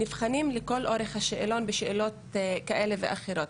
נבחנים לכל אורך השאלון בשאלות כאלה ואחרות.